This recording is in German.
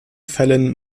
fällen